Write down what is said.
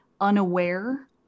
unaware